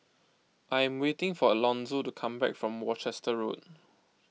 I am waiting for Alonzo to come back from Worcester Road